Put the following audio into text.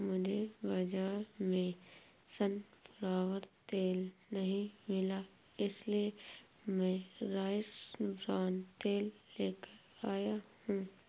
मुझे बाजार में सनफ्लावर तेल नहीं मिला इसलिए मैं राइस ब्रान तेल लेकर आया हूं